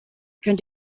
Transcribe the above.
könnt